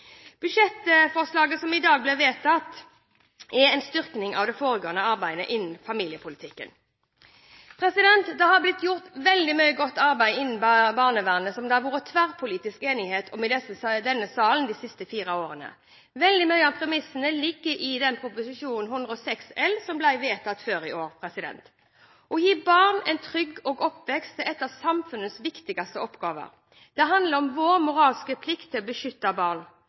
Budsjettforslaget som i dag blir vedtatt, er en styrking av det forebyggende arbeidet i familiepolitikken. Det har blitt gjort veldig mye godt arbeid innen barnevernet, som det har vært tverrpolitisk enighet om i denne sal de siste fire årene. Veldig mye av premissene ligger i Prop. 106 L for 2012–2013, som ble vedtatt før i år. Å gi barn en trygg oppvekst er en av samfunnets viktigste oppgaver. Det handler om vår moralske plikt til å beskytte barn.